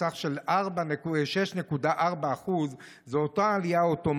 של 6.4%. זאת אותה עלייה אוטומטית.